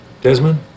Desmond